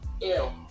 Ew